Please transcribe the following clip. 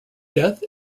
death